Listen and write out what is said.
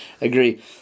Agree